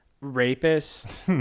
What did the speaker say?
rapist